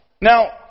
now